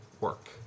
work